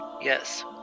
Yes